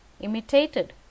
imitated